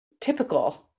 typical